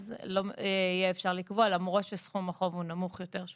אז יהיה אפשר לקבוע למרות שסכום החוב הוא נמוך יותר,